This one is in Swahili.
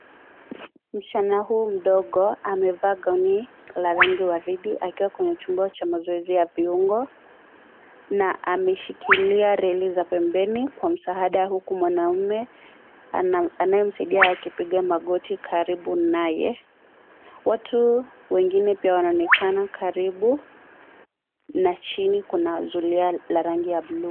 Msichana huyu mdogo amevaa gauni la rangi waridi akiwa kwenye chumba cha mazoezi ya viungo na ameshikilia reli za pembeni kwa msaada huku mwanamume anayemsaidia akipiga magoti karibu naye. Watu wengine pia wanaonekana karibu na chini kuna zulia la rangi ya bluu.